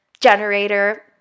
generator